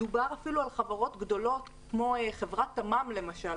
מדובר אפילו על חברות גדולות כמו חברת תממ, למשל.